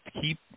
keep